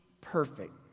perfect